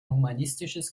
humanistisches